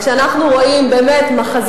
אני מאוד מודה לך.